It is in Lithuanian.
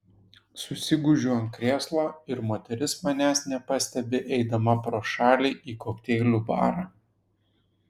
susigūžiu ant krėslo ir moteris manęs nepastebi eidama pro šalį į kokteilių barą